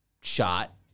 shot